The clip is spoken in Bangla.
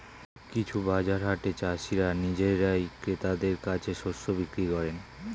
কিছু বাজার হাটে চাষীরা নিজেরাই ক্রেতাদের কাছে শস্য বিক্রি করেন